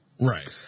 Right